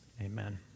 Amen